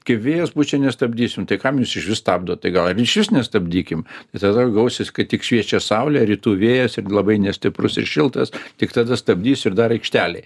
kai vėjas pučia nestabdysim tai kam jūs iš viso stabdot tai gal išvis nestabdykim visada gausis kad tik šviečia saulė rytų vėjas ir labai nestiprus ir šiltas tik tada stabdys ir dar aikštelėj